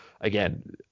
again